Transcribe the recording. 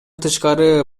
тышкары